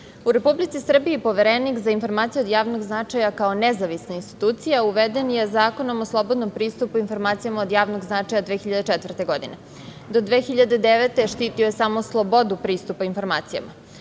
Republici Srbiji Poverenik za informacije od javnog značaja kao nezavisna institucija uveden je Zakonom o slobodnom pristupu informacijama od javnog značaja 2004. godine. Do 2009. godine štitio je samo slobodu pristupa informacijama.